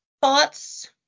thoughts